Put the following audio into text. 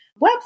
website